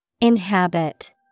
Inhabit